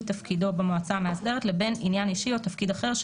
תפקידו במועצה המאסדרת לבין עניין אישי או תפקיד אחר,